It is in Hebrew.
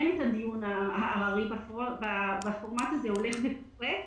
את הדיון על העררים בפורמט הזה הולך ופוחת.